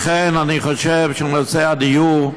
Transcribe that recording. לכן אני חושב שבנושא הדיור,